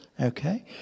Okay